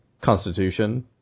Constitution